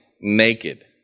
naked